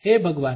હે ભગવાન